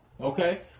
Okay